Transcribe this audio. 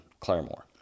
Claremore